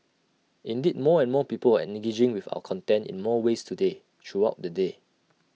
indeed more and more people are engaging with our content in more ways today throughout the day